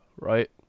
right